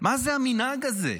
מה זה המנהג הזה?